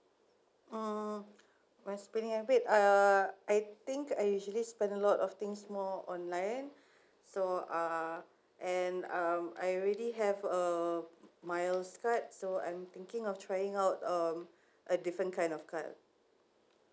uh my spending habit uh I think I usually spend a lot of things more online so uh and um I already have a miles card so I'm thinking of trying out um a different kind of card